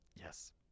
Yes